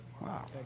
Wow